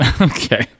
Okay